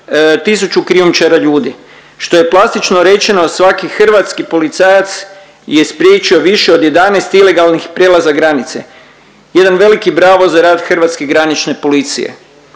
tisuću krijumčara ljudi, što je plastično rečeno, svaki hrvatski policajac je spriječio više od 11 ilegalnih prijelaza granice. Jedan veliki bravo za rad hrvatske granične policije.